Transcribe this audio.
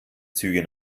züge